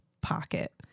pocket